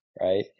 right